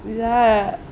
ya